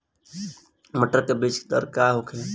मटर के बीज दर का होखे?